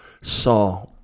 saw